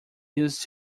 used